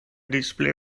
display